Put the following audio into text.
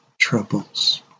troubles